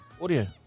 Audio